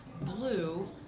blue